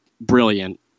brilliant